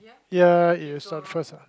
ya you start first ah